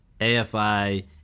AFI